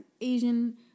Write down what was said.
Asian